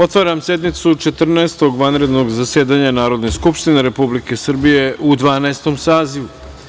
otvaram sednicu Četrnaestog vanrednog zasedanja Narodne skupštine Republike Srbije u Dvanaestom sazivu.